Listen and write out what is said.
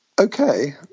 okay